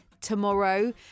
tomorrow